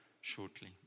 shortly